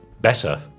Better